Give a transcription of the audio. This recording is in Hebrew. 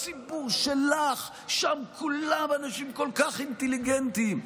הציבור שלך, שם כולם אנשים כל כך אינטליגנטים.